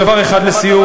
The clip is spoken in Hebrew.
דבר אחד לסיום,